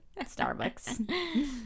Starbucks